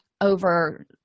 over